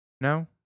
No